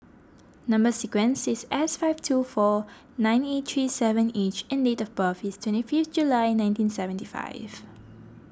Number Sequence is S five two four nine eight three seven H and date of birth is twenty fifth July nineteen seventy five